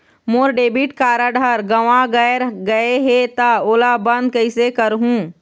मोर debit card हर गंवा गैर गए हे त ओला बंद कइसे करहूं?